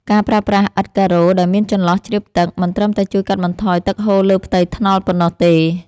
ការប្រើប្រាស់ឥដ្ឋការ៉ូដែលមានចន្លោះជ្រាបទឹក មិនត្រឹមតែជួយកាត់បន្ថយទឹកហូរលើផ្ទៃថ្នល់ប៉ុណ្ណោះទេ។